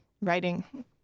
writing